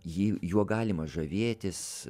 jį juo galima žavėtis